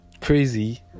crazy